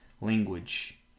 language